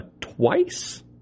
twice